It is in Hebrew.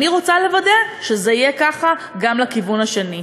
אני רוצה לוודא שזה יהיה ככה גם לכיוון השני.